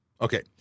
Okay